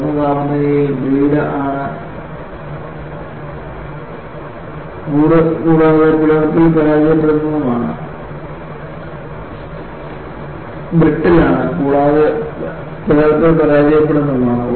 കുറഞ്ഞ താപനിലയിൽ ബ്രിട്ടിൽ ആണ് കൂടാതെ പിളർപ്പിൽ പരാജയപ്പെടുന്നതുമാണ്